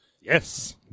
Yes